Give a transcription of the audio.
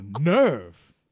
nerve